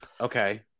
Okay